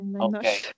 Okay